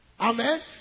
Amen